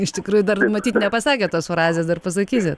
iš tikrųjų dar matyt nepasakė tos frazės dar pasakysi